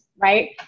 right